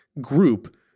group